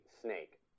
Snake